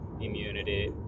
Immunity